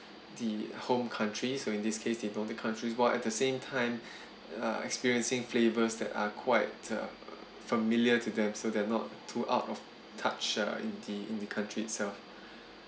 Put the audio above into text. the home countries so in this case the nordic countries while at the same time uh experiencing flavours that are quite uh familiar to them so they're not too out of touch uh in the in the country itself